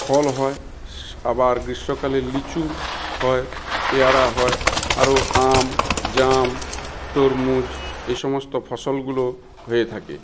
ফল হয় আবার গ্রীষ্মকালে লিচু হয় পেয়ারা হয় আরও আম জাম তরমুজ এ সমস্ত ফসলগুলো হয়ে থাকে